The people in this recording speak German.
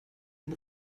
den